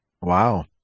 Wow